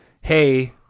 hey